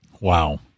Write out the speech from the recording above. Wow